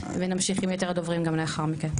ונמשיך עם יתר הדוברים גם לאחר מכן.